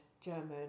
German